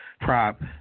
prop